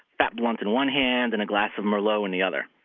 fat blunt in one hand and a glass of merlot in the other,